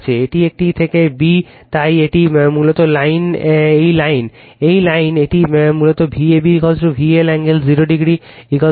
এটি একটি থেকে B তাই এটি মূলত লাইন এই লাইন এই লাইন তাই মূলত এটি Vab VL কোণ 0 Vbc